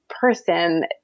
person